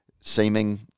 seeming